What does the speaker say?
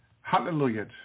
Hallelujah